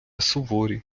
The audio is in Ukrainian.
суворі